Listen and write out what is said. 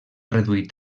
reduït